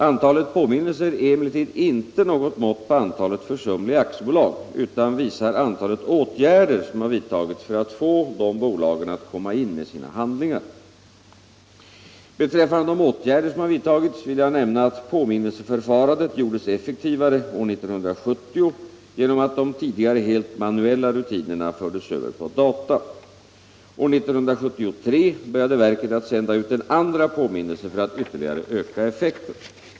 Antalet påminnelser är emellertid inte något mått på antalet försumliga aktiebolag utan visar antalet åtgärder som vidtagits för att få dessa bolag att komma in med sina handlingar. Beträffande vidtagna åtgärder vill jag nämna att påminnelseförfarandet gjordes effektivare år 1970 genom att de tidigare helt manuella rutinerna överfördes på data. År 1973 började verket att sända ut en andra på minnelse för att ytterligare öka effekten.